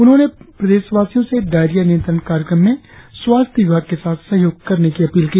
उन्होंने प्रदेशवासियों से डायरिया नियंत्रण कार्यक्रम में स्वास्थ्य विभाग के साथ सहयोग करने की अपील की